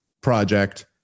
project